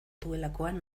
duelakoan